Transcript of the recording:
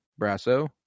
Brasso